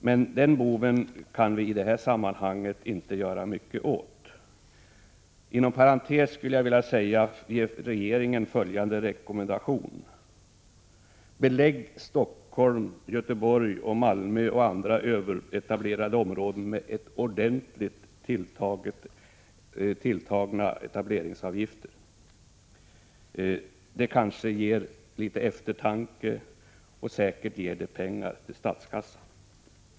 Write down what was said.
Men den boven kan vi i det här sammanhanget inte göra mycket åt. Inom parentes vill jag ge regeringen följande rekommendation: Belägg Stockholm, Göteborg, Malmö och andra överetablerade områden med ordentligt tilltagna etableringsavgifter. Det kanske ger eftertanke, och säkert ger det pengar till statskassan.